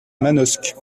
manosque